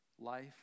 life